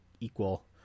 equal